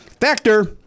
Factor